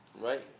right